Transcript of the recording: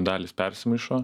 dalys persimaišo